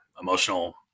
emotional